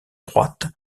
droite